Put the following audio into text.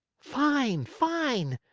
fine! fine!